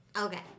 Okay